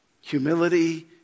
Humility